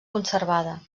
conservada